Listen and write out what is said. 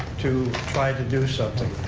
to try to do something.